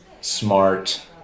smart